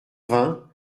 vingt